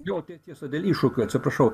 jo tie tiesa dėl iššūkių atsiprašau